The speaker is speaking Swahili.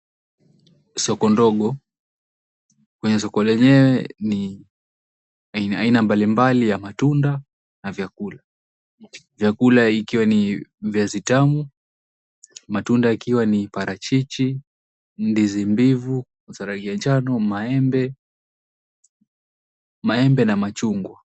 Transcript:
Soko ndogo, kwenye soko lenyewe ni aina aina mbalimbali ya matunda na vyakula. Vyakula ikiwa ni viazi tamu, matunda yakiwa ni parachichi, ndizi, mbivu, zarai ya njano, maembe na machungwa.